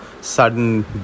sudden